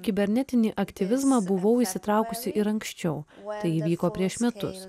kibernetinį aktyvizmą buvau įsitraukusi ir anksčiau tai įvyko prieš metus